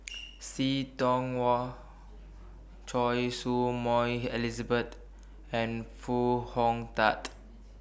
See Tiong Wah Choy Su Moi Elizabeth and Foo Hong Tatt